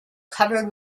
covered